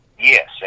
Yes